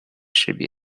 识别